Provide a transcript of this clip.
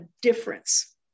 difference